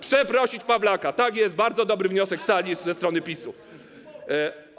Przeprosić Pawlaka, tak jest, bardzo dobry wniosek z sali, ze strony PiS-u.